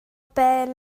beth